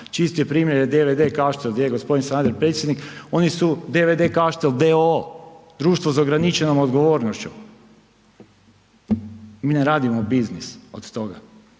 čisti primjer je DVD Kaštel, gdje je gospodin Sanader predsjednik, oni su DVD Kaštel d.o.o., društvo s ograničenom odgovornošću. Mi ne radimo biznis od toga,